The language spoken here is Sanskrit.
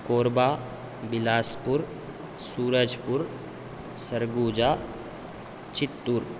कोर्बा बिलास्पुर् सूरज्पुर् सर्गूजा चित्तूर्